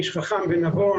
איש חכם ונבון,